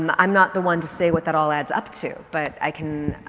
um i'm not the one to say what that all adds up to but i can,